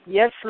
Yes